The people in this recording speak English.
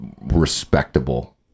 respectable